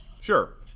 Sure